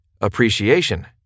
Appreciation